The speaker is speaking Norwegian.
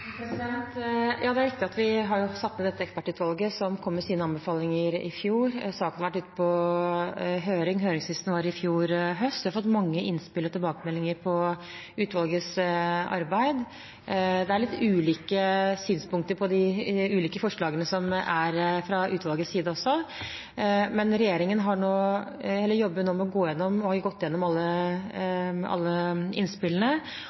Det er riktig at vi har satt ned et ekspertutvalg som kom med sine anbefalinger i fjor. Saken har vært ute på høring, høringsfristen var i fjor høst. Vi har fått mange innspill og tilbakemeldinger på utvalgets arbeid. Det er litt ulike synspunkter på de ulike forslagene som har kommet fra utvalget. Regjeringen har gått igjennom alle innspillene, og vi tar sikte på å